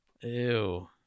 Ew